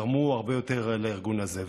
תרמו הרבה יותר לארגון הזה.